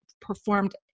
performed